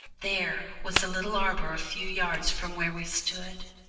there was a little arbour a few yards from where we stood,